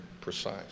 precise